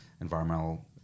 environmental